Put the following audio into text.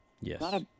Yes